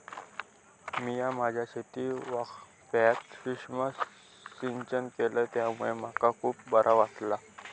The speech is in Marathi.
मिया माझ्या शेतीवाफ्यात सुक्ष्म सिंचन केलय त्यामुळे मका खुप बरा वाटला